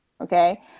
okay